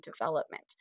development